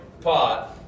pot